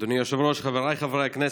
אדוני היושב-ראש, חבריי חברי הכנסת,